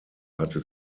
hatte